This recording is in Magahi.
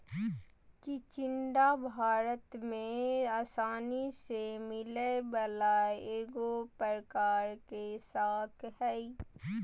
चिचिण्डा भारत में आसानी से मिलय वला एगो प्रकार के शाक हइ